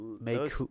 make